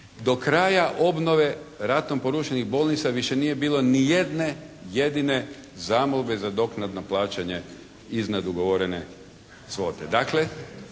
Do kraja obnove ratom porušenih bolnica više nije bilo ni jedne jedine zamolbe za doknadno plaćanje iznad ugovorene svote.